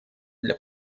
для